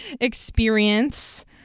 experience